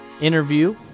interview